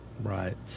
Right